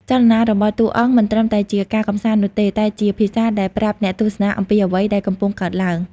ចលនារបស់តួអង្គ មិនត្រឹមតែជាការកម្សាន្តនោះទេ តែជាភាសាដែលប្រាប់អ្នកទស្សនាអំពីអ្វីដែលកំពុងកើតឡើង។